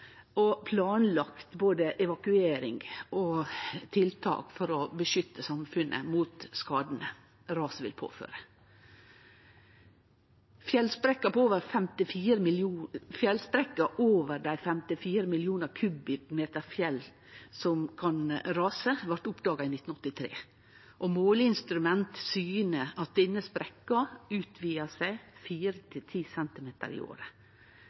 og prognosar, og det er planlagt både evakuering og tiltak for å beskytte samfunnet mot skadane raset vil påføre. Fjellsprekkar over dei 54 millionar kubikkmeter fjell som kan rase, blei oppdaga i 1983, og måleinstrument syner at denne sprekken utvidar seg fire–ti cm i året. Raset vil gjelde ti kommunar i